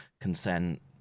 consent